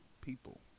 people